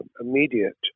immediate